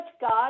God